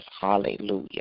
Hallelujah